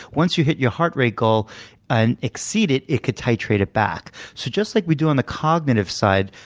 once you hit your heart rate goal and exceed it, it could titrate it back. so just like we do on the cognitive side,